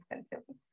extensively